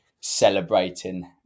celebrating